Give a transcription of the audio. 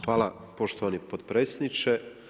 Hvala poštovani potpredsjedniče.